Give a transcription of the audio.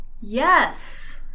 Yes